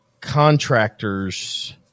contractors